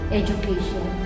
education